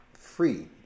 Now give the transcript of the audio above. free